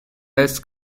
less